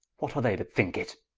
what are they that thinke it?